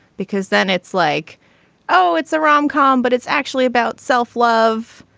because then it's like oh it's a rom com but it's actually about self-love.